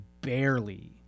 barely